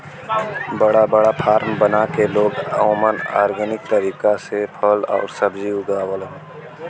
बड़ा बड़ा फार्म बना के लोग ओमन ऑर्गेनिक तरीका से फल आउर सब्जी उगावलन